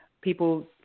people